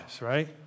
right